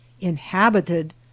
inhabited